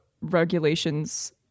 regulations